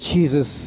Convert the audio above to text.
Jesus